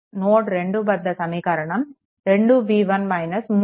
node 2 వద్ద సమీకరణం 2v1 3v2 26